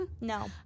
No